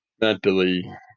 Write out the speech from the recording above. mentally